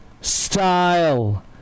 style